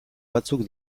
batzuk